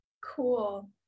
Cool